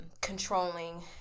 controlling